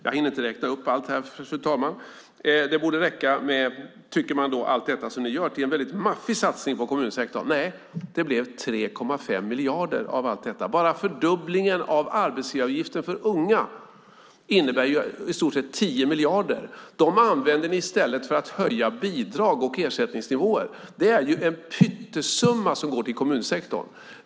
Jag hinner inte räkna upp allt, fru talman. Allt detta som ni gör tycker man borde räcka till en väldigt maffig satsning på kommunsektorn. Nej - det blev 3,5 miljarder av alltihop. Bara fördubblingen av arbetsgivaravgifter för unga innebär i stort sett 10 miljarder. Dem använder ni i stället för att höja bidrag och ersättningsnivåer. Det är en pyttesumma som går till kommunsektorn!